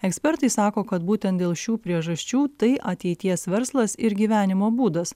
ekspertai sako kad būtent dėl šių priežasčių tai ateities verslas ir gyvenimo būdas